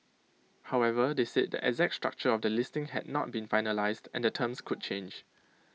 however they said the exact structure of the listing had not been finalised and the terms could change